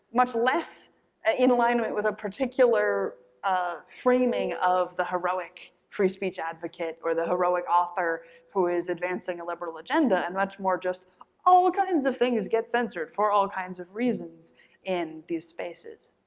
much less ah in alignment with a particular ah framing of the heroic, free speech advocate or the heroic author who is advancing a liberal agenda and much more just all kinds of things get censored for all kinds of reasons in these spaces.